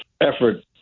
effort